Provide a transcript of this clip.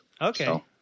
okay